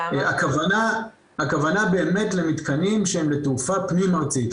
הכוונה באמת למתקנים שהם לתעופה פנים ארצית,